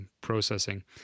processing